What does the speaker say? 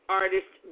artist